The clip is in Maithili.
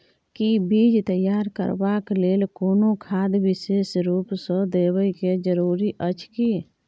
कि बीज तैयार करबाक लेल कोनो खाद विशेष रूप स देबै के जरूरी अछि की?